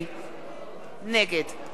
נגד אלכס מילר,